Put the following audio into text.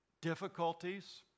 difficulties